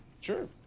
Sure